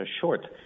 short